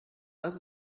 was